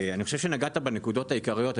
אני חושב שנגעת בנקודות העיקריות.